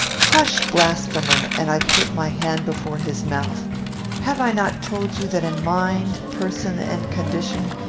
hush! blasphemer! and i put my hand before his mouth have i not told you that in mind, person, and condition,